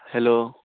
hello